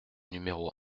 numéro